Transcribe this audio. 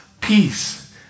peace